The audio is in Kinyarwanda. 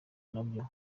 nabyo